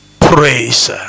praise